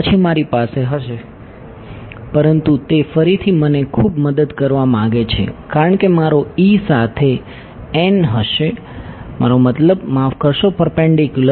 પછી મારી પાસે હશે પરંતુ તે ફરીથી મને ખૂબ મદદ કરવા માંગે છે કારણ કે મારો E સાથે હશે મારો મતલબ માફ કરશો પરપેન્ડીક્યુલર